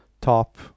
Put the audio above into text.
top